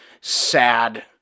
sad